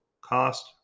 cost